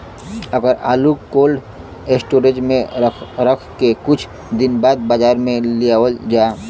अगर आलू cold storage में रख के कुछ दिन बाद बाजार में लियावल जा?